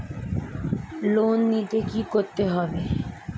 Loan নিতে কী করতে হবে?